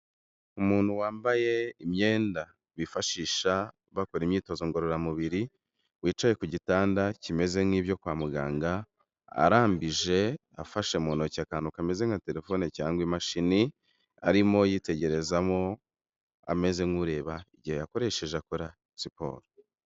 Umuntu wambaye imyenda bifashisha bakora imyitozo ngororamubiri, wicaye ku gitanda kimeze nk'ibyo kwa muganga arambije, afashe mu ntoki akantu kameze nka telefone cyangwa imashini arimo yitegerezamo ameze nk'ureba igihe yakoresheje akora siporo.